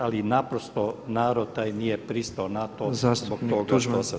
Ali naprosto narod taj nije pristao na to zbog toga.